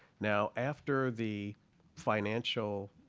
now, after the financial